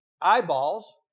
eyeballs